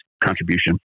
contribution